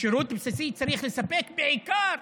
ושירות בסיסי צריך לספק בעיקר